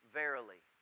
verily